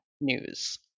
news